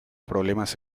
problemas